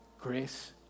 grace